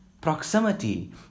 proximity